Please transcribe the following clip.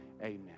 Amen